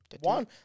One